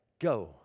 go